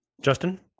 Justin